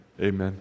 Amen